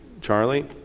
Charlie